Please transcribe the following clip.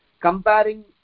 comparing